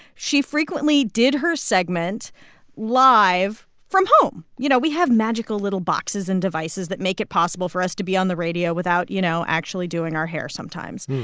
she frequently did her segment live from home. you know, we have magical, little boxes and devices that make it possible for us to be on the radio without, you know, actually doing our hair sometimes.